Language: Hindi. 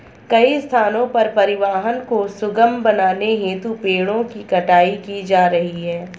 कई स्थानों पर परिवहन को सुगम बनाने हेतु पेड़ों की कटाई की जा रही है